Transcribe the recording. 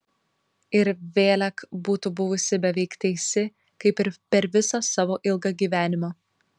ir vėlek būtų buvusi beveik teisi kaip ir per visą savo ilgą gyvenimą